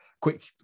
quick